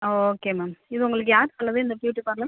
ஆ okay ma'am இது உங்களுக்கு யார் சொன்னது இந்த ப்யூட்டி பார்லர்